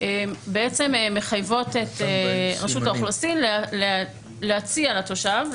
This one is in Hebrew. מחייבות את רשות האוכלוסין להציע לתושב,